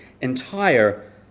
entire